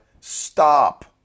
stop